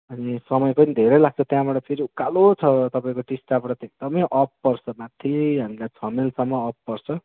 अनि समय पनि धेरै लाग्छ त्यहाँबाट फेरि उकालो छ तपाईँको टिस्टाबाट त एकदमै अप पर्छ माथि हामीलाई छ माइलसम्म अप पर्छ